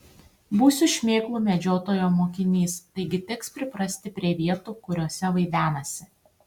būsiu šmėklų medžiotojo mokinys taigi teks priprasti prie vietų kuriose vaidenasi